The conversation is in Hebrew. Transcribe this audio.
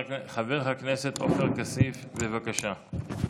חבר הכנסת עופר כסיף, בבקשה.